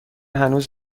هنوز